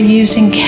using